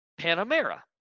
Panamera